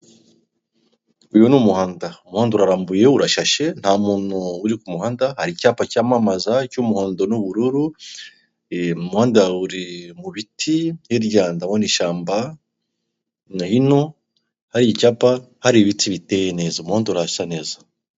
Uyu ni umuhanda umuhandi urarambuye urashyashe nta muntu uri ku muhanda hari icyapa cyamamaza cy'umuhondo n'ubururu, umuhanda uri mu mu biti, hirya ndabona ishyamba, hino hari icyapa hari ibiti biteye neza, umhaunda, urasa neza.